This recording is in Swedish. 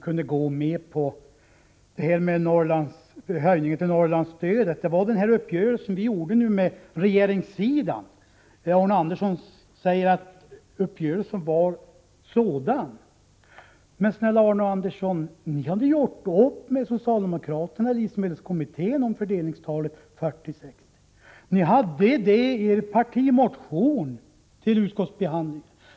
Arne Andersson tog upp Norrlandsstödet och undrade varför vi inte kunde , gå med på reservanternas förslag. Men, snälla Arne Andersson, ni hade ju gjort upp med socialdemokraterna i livsmedelskommittén om fördelningstalet 40-60. Det fanns med i er partimotion, som togs upp till utskottsbehandling.